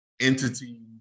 entity